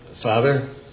father